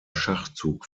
schachzug